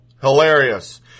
Hilarious